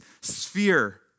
sphere